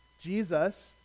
Jesus